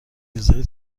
ویزای